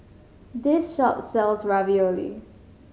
this shop sells Ravioli